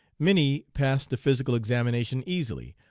minnie passed the physical examination easily,